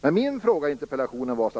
Men min fråga i interpellationen var